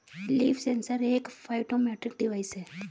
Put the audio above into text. leaf sensor एक phytometric device है